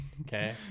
okay